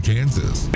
Kansas